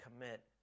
commit